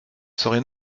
serait